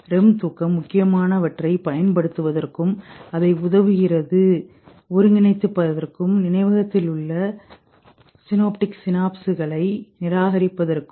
REM தூக்கம் முக்கியமானவற்றைப் பயன்படுத்துவதற்கும் அதைஉதவுகிறது ஒருங்கிணைப்பதற்கும் நினைவகத்தில்மீதமுள்ள சினோப்டிக் சினாப்ச்களை நிராகரிப்பதற்கும்